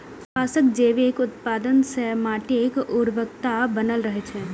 कपासक जैविक उत्पादन सं माटिक उर्वरता बनल रहै छै